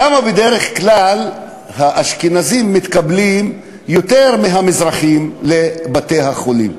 למה בדרך כלל האשכנזים מתקבלים יותר מהמזרחים לבתי-החולים?